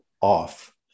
off